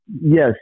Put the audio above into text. Yes